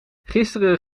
gisteren